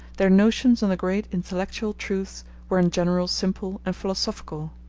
their notions on the great intellectual truths were in general simple and philosophical.